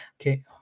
okay